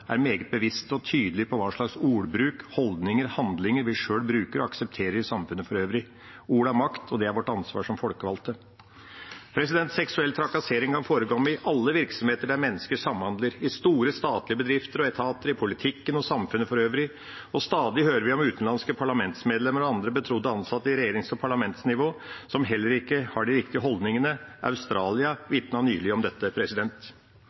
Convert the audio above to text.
er meget bevisste og tydelige på hva slags ordbruk, holdninger og handlinger vi sjøl bruker og aksepterer i samfunnet for øvrig. Ord er makt, og det er vårt ansvar som folkevalgte. Seksuell trakassering forekommer i alle virksomheter der mennesker samhandler, i store statlige bedrifter og etater, i politikken og samfunnet for øvrig, og stadig hører vi om utenlandske parlamentsmedlemmer og andre betrodde ansatte på regjerings- og parlamentsnivå som heller ikke har de riktige holdningene. Australia vitnet nylig om dette.